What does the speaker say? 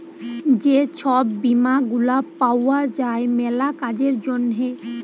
যে ছব বীমা গুলা পাউয়া যায় ম্যালা কাজের জ্যনহে